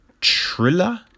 Triller